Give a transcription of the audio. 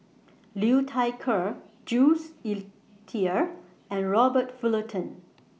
Liu Thai Ker Jules Itier and Robert Fullerton